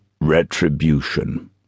retribution